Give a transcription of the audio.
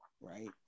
right